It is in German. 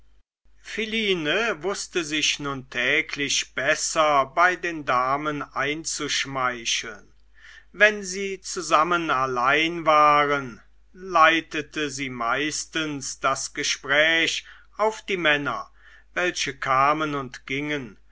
philine wußte sich nun täglich besser bei den damen einzuschmeicheln wenn sie zusammen allein waren leitete sie meistenteils das gespräch auf die männer welche kamen und gingen